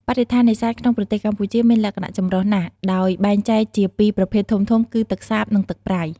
បរិស្ថាននេសាទក្នុងប្រទេសកម្ពុជាមានលក្ខណៈចម្រុះណាស់ ដោយបែងចែកជាពីរប្រភេទធំៗ គឺទឹកសាប និងទឹកប្រៃ។